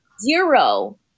zero